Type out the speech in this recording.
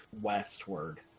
westward